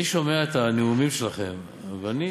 אני שומע את הנאומים שלכם ואני